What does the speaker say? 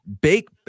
bake